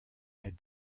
had